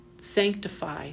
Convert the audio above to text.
sanctify